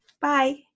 bye